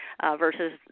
versus